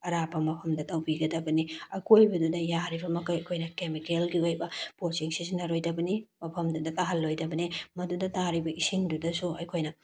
ꯑꯔꯥꯞꯄ ꯃꯐꯝꯗ ꯇꯧꯕꯤꯒꯗꯕꯅꯤ ꯑꯈꯣꯏꯕꯗꯨꯗ ꯌꯥꯔꯤꯕ ꯃꯈꯩ ꯑꯩꯈꯣꯏꯅ ꯀꯦꯃꯤꯀꯦꯜꯒꯤ ꯑꯣꯏꯕ ꯄꯣꯠꯁꯤꯡꯁꯦ ꯁꯤꯖꯤꯟꯅꯔꯣꯏꯗꯕꯅꯤ ꯃꯐꯝꯗꯨꯗ ꯇꯥꯍꯟꯂꯣꯏꯗꯕꯅꯤ ꯃꯗꯨꯗ ꯇꯥꯔꯤꯕ ꯏꯁꯤꯡꯗꯨꯗꯁꯨ ꯑꯩꯈꯣꯏꯅ